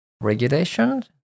regulation